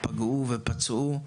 פגעו ופצעו,